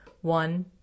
One